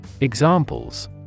Examples